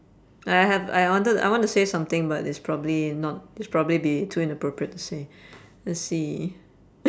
I have I wanted I wanna say something but it's probably not it's probably be too inappropriate to say let's see